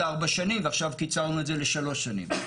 ארבע שנים ועכשיו קיצרנו את זה לשלוש שנים.